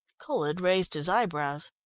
colhead raised his eyebrows.